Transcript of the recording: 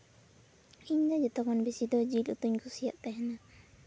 ᱤᱧ ᱫᱚ ᱡᱚᱛᱚᱠᱷᱚᱱ ᱵᱮᱥᱤ ᱫᱚ ᱡᱤᱞ ᱩᱛᱩᱧ ᱠᱩᱥᱤᱭᱟᱜ ᱛᱟᱦᱮᱱᱟ